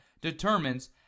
determines